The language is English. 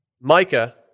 Micah